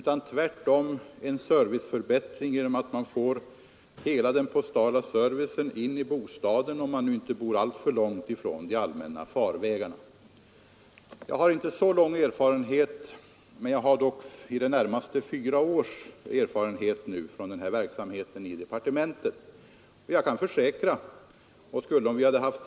Tvärtom blir det en serviceförbättring genom att man får hela den postala servicen in i bostaden, om man inte bor alltför långt från de allmänna farvägarna. Jag har visserligen inte så lång erfarenhet beträffande denna verksamhet i departementet, men den sträcker sig dock över i det närmaste fyra år.